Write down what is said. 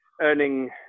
earning